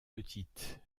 petite